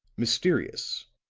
mysterious,